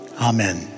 Amen